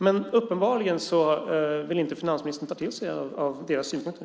Men uppenbarligen vill inte finansministern ta till sig deras synpunkter.